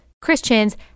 Christians